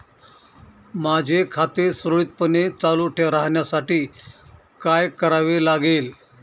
माझे खाते सुरळीतपणे चालू राहण्यासाठी काय करावे लागेल?